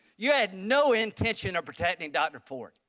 you had no intention of protecting dr. ford.